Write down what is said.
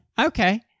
Okay